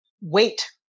wait